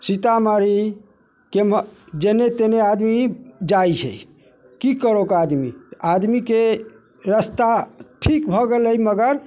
सीतामढ़ी केम्हर जेने तेने आदमी जाइ छै कि करैक आदमी आदमीके रस्ता ठीक भऽ गेलै मगर